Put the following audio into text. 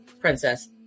princess